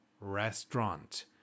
restaurant